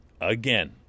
again